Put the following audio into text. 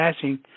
passing